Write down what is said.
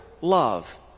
love